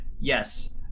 yes